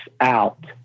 out